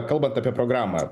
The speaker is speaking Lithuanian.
kalbant apie programą